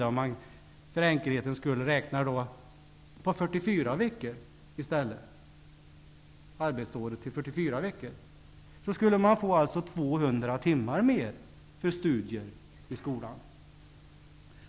Om man för enkelhetens skull räknar med att arbetsåret är 44 veckor skulle man få 200 timmar mer för studier i skolan.